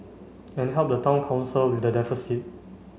and help the Town Council with the deficit